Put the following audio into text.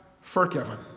forgiven